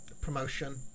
promotion